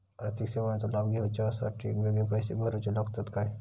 आर्थिक सेवेंचो लाभ घेवच्यासाठी वेगळे पैसे भरुचे लागतत काय?